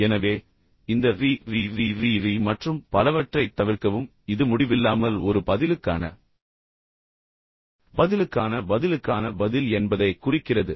எனவே இந்த ரீ ரீ ரீ ரீ ரீ மற்றும் பலவற்றைத் தவிர்க்கவும் இது முடிவில்லாமல் ஒரு பதிலுக்கான பதிலுக்கான பதிலுக்கான பதில் என்பதைக் குறிக்கிறது